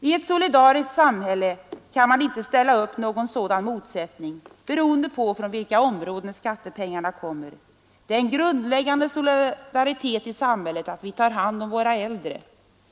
I ett solidariskt samhälle kan man inte ställa upp någon sådan motsättning beroende på från vilka områden skattepengarna kommer. Det är en grundläggande solidaritet i samhället att vi tar hand om våra äldre.